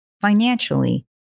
financially